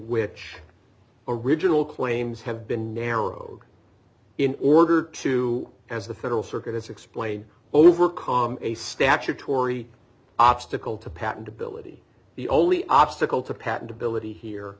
which original claims have been narrowed in order to as the federal circuit as explain over com a statutory obstacle to patentability the only obstacle to patentability here